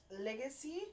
legacy